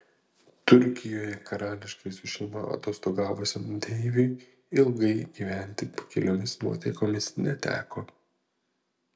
turkijoje karališkai su šeima atostogavusiam deiviui ilgai gyventi pakiliomis nuotaikomis neteko